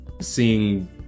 seeing